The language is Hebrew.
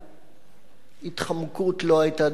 התחמקות לא היתה דרכו של גנדי,